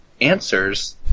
answers